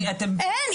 אין,